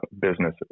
businesses